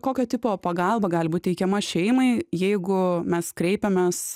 kokio tipo pagalba gali būt teikiama šeimai jeigu mes kreipiamės